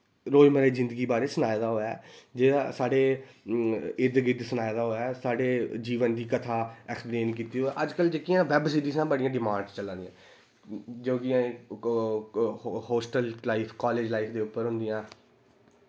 रोजमर्रा दी जिन्दगी दे बारे च सनाए दा होऐ जेह्दा साढ़े ईद गिर्द सनाए दा होऐ साढ़े जीवन दी कथा ऐक्सपलेन कीती दी होऐ अज्जकल जेह्कियां वैब सिरिसां बड़ियां डिमांड चला दियां जदूं दियां एह् हो हो होस्टल लाईफ कालेज लाईफ दे उप्पर होंदियां